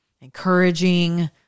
encouraging